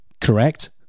Correct